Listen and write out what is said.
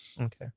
Okay